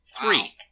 Three